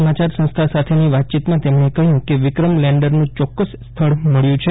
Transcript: સમાચાર સંસ્થા સાથેની વાતચીતમાં તેમણે કહ્યું કે વિક્રમ લેન્ડરનું યોક્કસ સ્થળ મળ્યું છે